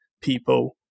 people